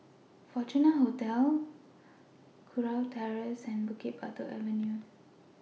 Fortuna Hotel Kurau Terrace and Bukit Batok Avenue